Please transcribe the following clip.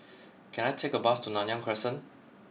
can I take a bus to Nanyang Crescent